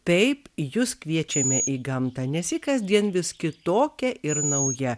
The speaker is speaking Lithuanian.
taip jus kviečiame į gamtą nes ji kasdien vis kitokia ir nauja